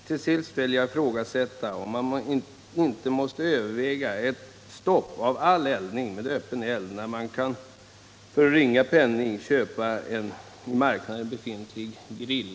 Till sist vill jag ifrågasätta om inte ett förbud mot öppen eld måste övervägas, när man för en ringa penning kan köpa en i marknaden befintlig grill.